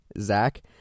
Zach